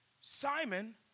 Simon